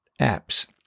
apps